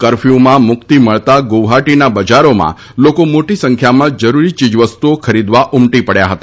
કરફ્યમાં મુક્તિ મળતાં ગુવહાટીના બજારોમાં લોકો મોટી સંખ્યામાં જરૂરી ચીજવસ્તુઓ ખરીદવા ઉમટી પડ્યા હતા